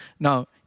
Now